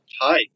Hi